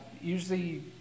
Usually